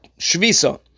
shvisa